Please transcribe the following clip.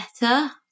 better